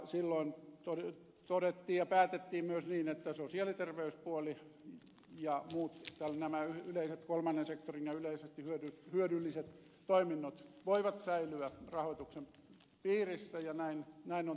silloin todettiin ja päätettiin myös niin että sosiaali ja terveyspuoli ja muut kolmannen sektorin yleishyödylliset toiminnot voivat säilyä rahoituksen piirissä ja näin on tapahtunut